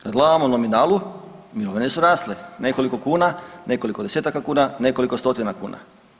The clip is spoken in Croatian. Kad gledamo u nominalu mirovine su rasle nekoliko kuna, nekoliko desetaka kuna, nekoliko stotina kuna.